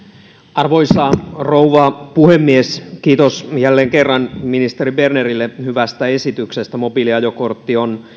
arvoisa rouva puhemies kiitos jälleen kerran ministeri bernerille hyvästä esityksestä mobiiliajokortti on